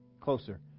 closer